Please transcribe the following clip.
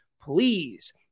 please